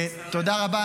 תודה רבה.